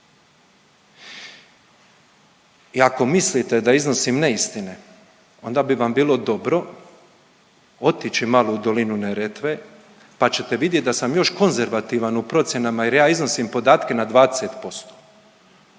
I ako mislite da iznosim neistine, onda bi vam bilo dobro otići malo u dolinu Neretve pa ćete vidjeti da sam još konzervativan u procjenama jer ja iznosim podatke na 20%,